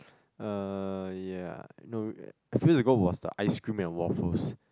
uh ya no uh a few years ago was the ice cream and waffles